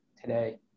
today